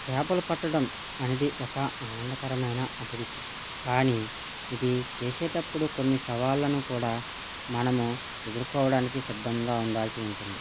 చేపలు పట్టడం అనేది ఒక ఆనందకరమైన అభిరుచి కానీ ఇది చేసేటప్పుడు కొన్ని సవాళ్ళను కూడా మనము ఎదురుకోవడానికి సిద్ధంగా ఉండాల్సి ఉంటుంది